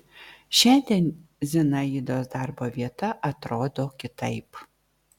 šiandien zinaidos darbo vieta atrodo kitaip